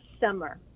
summer